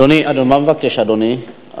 מה מבקש אדוני?